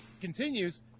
continues